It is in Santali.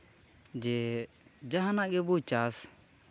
ᱡᱮ ᱡᱟᱦᱟᱱᱟᱜ ᱜᱮᱵᱚ ᱪᱟᱥ